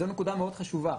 זו נקודה מאוד חשובה.